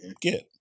get